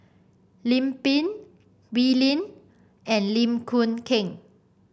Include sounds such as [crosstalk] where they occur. Lim Pin Wee Lin and Lim [unintelligible] Keng